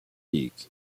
peak